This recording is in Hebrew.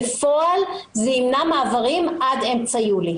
בפועל זה ימנע מעברים עד אמצע יולי.